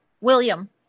William